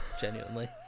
Genuinely